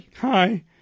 hi